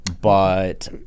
but-